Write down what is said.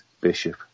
Bishop